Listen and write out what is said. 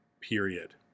period